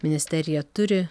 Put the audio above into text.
ministerija turi